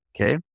okay